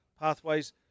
pathways